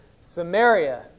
Samaria